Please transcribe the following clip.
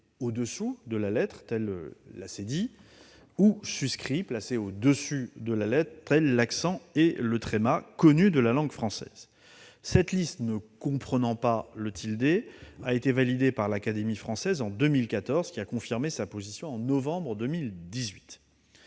au-dessous de la lettre, telle la cédille -ou suscrit- placé au-dessus de la lettre, tels l'accent et le tréma -connues de la langue française. Cette liste, ne comprenant pas le tilde, a été validée en 2014 par l'Académie française, qui a confirmé sa position en novembre 2018.